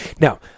now